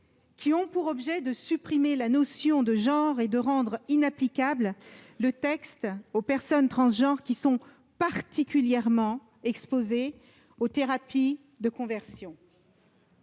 qui ont pour objet de supprimer la notion de genre et de rendre inapplicable le texte aux personnes transgenres, qui sont particulièrement exposées aux thérapies de conversion.